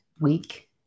week